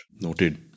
Noted